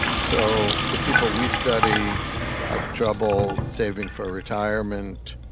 so the people we study have trouble saving for retirement,